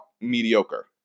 mediocre